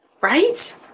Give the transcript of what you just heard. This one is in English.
Right